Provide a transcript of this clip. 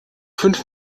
fünf